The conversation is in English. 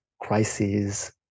crises